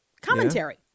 commentary